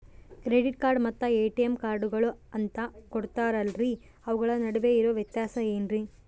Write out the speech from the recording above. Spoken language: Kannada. ಕ್ರೆಡಿಟ್ ಕಾರ್ಡ್ ಮತ್ತ ಎ.ಟಿ.ಎಂ ಕಾರ್ಡುಗಳು ಅಂತಾ ಕೊಡುತ್ತಾರಲ್ರಿ ಅವುಗಳ ನಡುವೆ ಇರೋ ವ್ಯತ್ಯಾಸ ಏನ್ರಿ?